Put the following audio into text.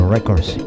Records